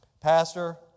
Pastor